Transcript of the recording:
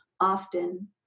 often